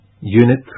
Unit